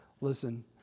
Listen